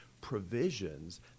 provisions